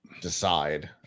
decide